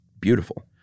beautiful